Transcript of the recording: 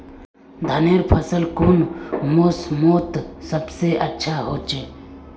धानेर फसल कुन मोसमोत सबसे अच्छा होचे?